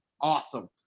awesome